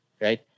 right